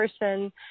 person